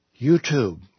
YouTube